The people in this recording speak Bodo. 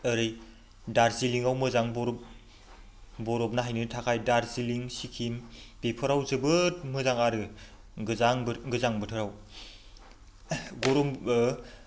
ओरै डार्जिलिङाव मोजां बरफ बरफ नायनो थाखाय डार्जिलिं सिक्किम बेफोराव जोबोद मोजां आरो गोजां बोथोराव गरमबो